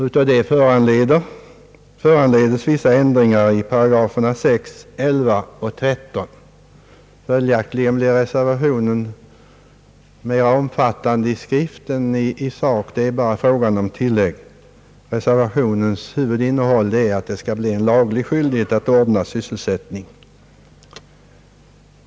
Därav följer vissa ändringar i 6, 11 och 13 §§. Reservationen blir följaktligen mer omfattande i skrift än i sak — huvudinnehållet är att det skulle bli en laglig skyldighet att ordna skyddade verkstäder.